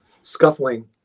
scuffling